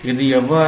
இது எவ்வாறெனில்